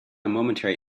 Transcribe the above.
momentary